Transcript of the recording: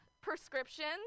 prescriptions